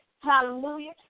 Hallelujah